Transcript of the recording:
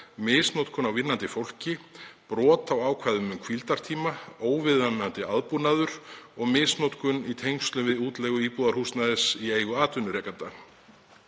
misnotkun á vinnandi fólki, brot á ákvæðum um hvíldartíma, óviðunandi aðbúnaður, misnotkun í tengslum við útleigu íbúðarhúsnæðis í eigu atvinnurekanda.“